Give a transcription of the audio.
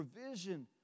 provision